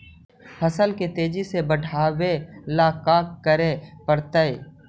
फसल के तेजी से बढ़ावेला का करे पड़तई?